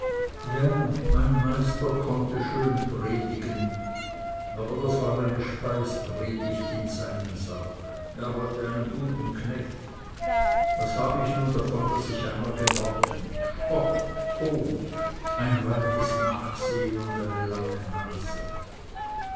ja mein meister konnte schön predigen aber das war eine speispredigt in seinen sack er wollte einen guten knecht was habe nun ich davon daß ich einer geworden spott hohn ein weites nachsehn und eine lange nase